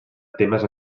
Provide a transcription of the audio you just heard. temes